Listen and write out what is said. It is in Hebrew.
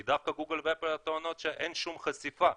כי דווקא גוגל ואפל טוענות שאין שום חשיפה.